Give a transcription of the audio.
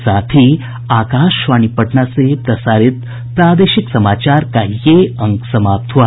इसके साथ ही आकाशवाणी पटना से प्रसारित प्रादेशिक समाचार का ये अंक समाप्त हुआ